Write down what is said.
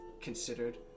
considered